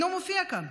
הוא אינו מופיע כאן.